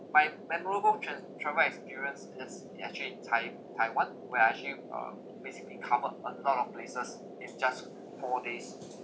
my memorable tra~ travel experience is it actually tai~ taiwan where I actually uh basically covered a lot of places in just four days